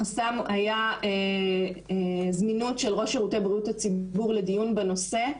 החסם היה זמינות של ראש שירותי הציבור לדיון בנושא.